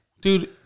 dude